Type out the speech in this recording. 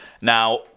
Now